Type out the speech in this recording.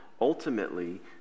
ultimately